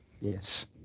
Yes